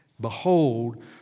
Behold